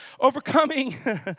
Overcoming